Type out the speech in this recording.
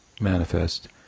manifest